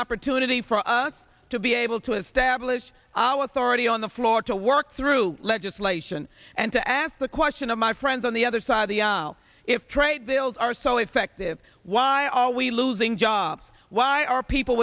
opportunity for us to be able to establish our authority on the floor to work through legislation and to ask the question of my friends on the other side of the aisle if trade bills are so effective why all we losing jobs why are people